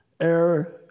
Air